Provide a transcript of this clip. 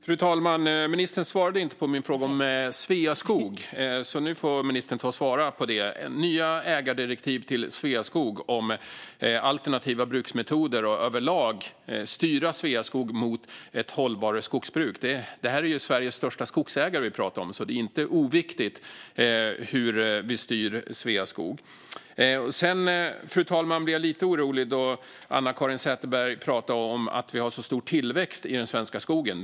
Fru talman! Ministern svarade inte på min fråga om Sveaskog, så nu får ministern ta och göra det. Det gällde nya ägardirektiv till Sveaskog om alternativa bruksmetoder och att överlag styra Sveaskog mot ett mer hållbart skogsbruk. Det är Sveriges största skogsägare vi pratar om, så det är inte oviktigt hur vi styr Sveaskog. Sedan, fru talman, blir jag lite orolig då Anna-Caren Sätherberg pratar om att vi har så stor tillväxt i den svenska skogen.